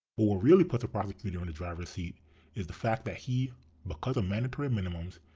but what really puts a prosecutor in the driver's seat is the fact that he because of mandatory minimums,